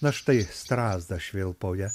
na štai strazdas švilpauja